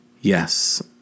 Yes